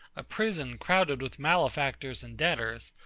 a prison crowded with malefactors and debtors,